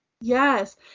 Yes